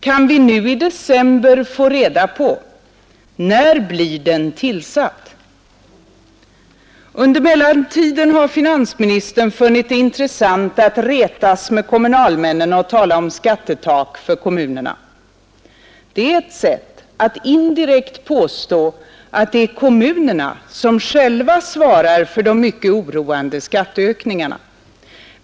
Kan vi nu i december få reda på: /Vär blir den tillsatt? Under mellantiden har finansministern funnit det intressant att retas med kommunalmännen och tala om skattetak för kommunerna. Det är ett sätt att indirekt påstå att det är kommunerna som själva svarar för de mycket oroande skatteökningarna.